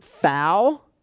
foul